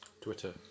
Twitter